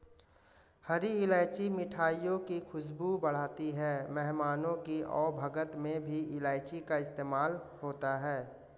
हरी इलायची मिठाइयों की खुशबू बढ़ाती है मेहमानों की आवभगत में भी इलायची का इस्तेमाल होता है